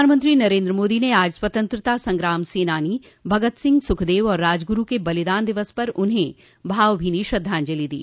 प्रधानमंत्री नरेन्द्र मोदी ने आज स्वतंत्रता संग्राम सेनानी भगत सिंह सुखदेव और राजगुरू के बलिदान दिवस पर उन्हें भावभीनी श्रद्धांजलि दी